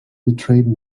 betrayed